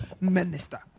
minister